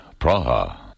Praha